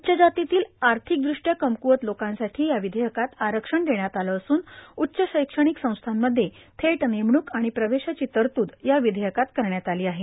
उच्च जातीतील आर्थिक दृष्ट्या कमकूवत लोकांसाठी या विधेयकात आरक्षण देण्यात आलं असून उच्च शैक्षणिक संस्थांमध्ये थेट नेमणूक आणि प्रवेशाची तरतूद या विधेयकात करण्यात आली आहे